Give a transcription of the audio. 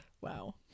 wow